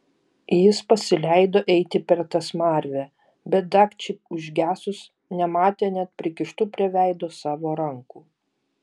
jis pasileido eiti per tą smarvę bet dagčiai užgesus nematė net prikištų prie veido savo rankų